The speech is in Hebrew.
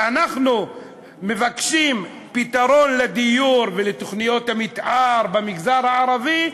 כשאנחנו מבקשים פתרון לדיור ולתוכניות המתאר במגזר הערבי,